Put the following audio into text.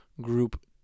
group